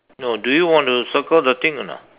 no do you want to circle the thing or not